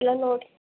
ಎಲ್ಲ ನೋಡಿ